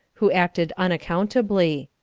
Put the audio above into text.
who acted unaccountably.